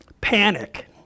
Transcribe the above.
Panic